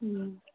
हूँ